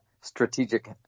strategic